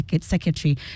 secretary